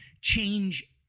change